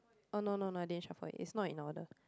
oh no no no I didn't shuffle it's not in order